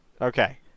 Okay